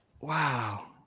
Wow